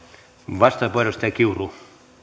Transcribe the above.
arvoisa arvoisa herra